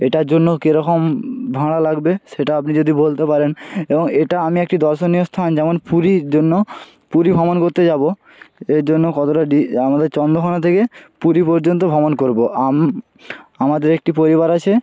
এটার জন্য কীরকম ভাড়া লাগবে সেটা আপনি যদি বলতে পারেন এবং এটা আমি একটি দর্শনীয় স্থান যেমন পুরীর জন্য পুরী ভ্রমণ করতে যাব এর জন্য কতটা আমাদের চন্দ্রকোনা থেকে পুরী পর্যন্ত ভ্রমণ করব আমাদের একটি পরিবার আছে